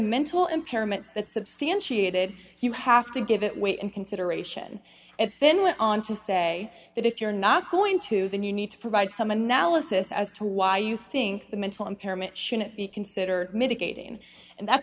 mental impairment that's substantiated you have to give it weight and consideration and then went on to say that if you're not going to then you need to provide some analysis as to why you think the mental impairment should be considered mitigating and that's